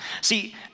See